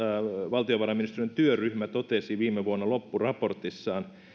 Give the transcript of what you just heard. valtiovarainministeriön työryhmä totesi viime vuonna loppuraportissaan